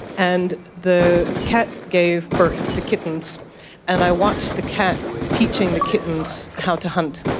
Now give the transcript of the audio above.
and the cat gave birth to kittens and i watched the cat teaching the kittens how to hunt.